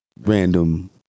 Random